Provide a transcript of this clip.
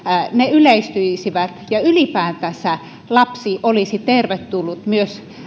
yleistyisivät ja ylipäätänsä lapsi olisi tervetullut myös